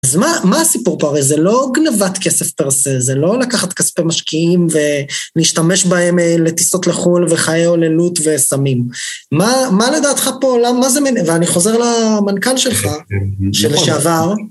אז מה הסיפור פה? הרי זה לא גנבת כסף פר סה, זה לא לקחת כספי משקיעים ולהשתמש בהם לטיסות לחו"ל וחיי הוללות וסמים. מה לדעתך פועלם, מה זה... ואני חוזר למנכ"ל שלך, שלשעבר